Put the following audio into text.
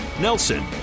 Nelson